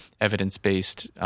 evidence-based